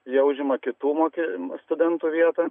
jie užima kitų mokė studentų vietą